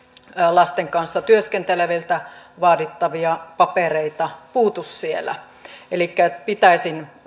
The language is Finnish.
lasten kanssa työskenteleviltä vaadittavia papereita puutu elikkä pitäisin